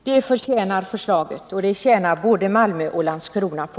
Det förtjänar förslaget, och det tjänar både Malmö och Landskrona på.